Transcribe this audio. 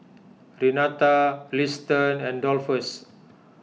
Renata Liston and Dolphus